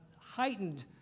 heightened